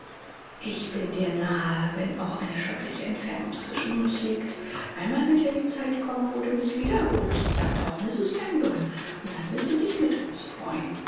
ich bin dir nah wenn auch eine schreckliche entfernung zwischen uns liegt einmal wird ja die zeit kommen wo du mich wieder holst sagt auch mrs stanburn und dann will sie sich mit uns freuen